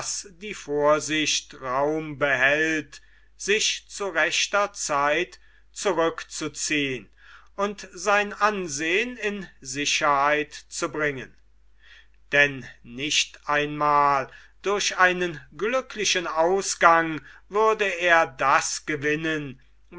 die vorsicht raum behält sich zu rechter zeit zurückzuziehn und sein ansehn in sicherheit zu bringen denn nicht einmal durch einen glücklichen ausgang würde er das gewinnen